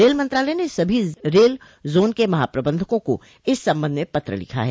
rail मंत्रालय ने सभी रेल जोन के महाप्रबंधकों को इस संबंध में पत्र लिखा है